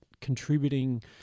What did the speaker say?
contributing